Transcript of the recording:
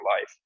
life